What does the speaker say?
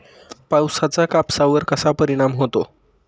पावसाचा कापसावर कसा परिणाम होतो?